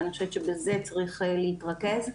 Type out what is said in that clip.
ואני חושבת שבזה צריך להתרכז.